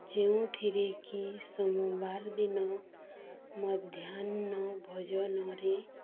ଯେଉଁଥିରେକି ସମବାର ଦିନ ମଧ୍ୟାହ୍ନ ଭୋଜନରେ